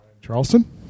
Charleston